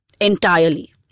entirely